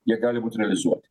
jie gali būti realizuoti